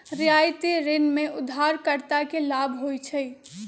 रियायती ऋण में उधारकर्ता के लाभ होइ छइ